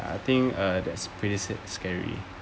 I think uh that's pretty sad scary